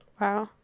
Wow